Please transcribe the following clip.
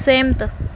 सेमत